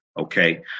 okay